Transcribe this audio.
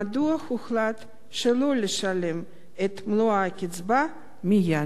מדוע הוחלט שלא לשלם את מלוא הקצבה מייד?